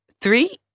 Three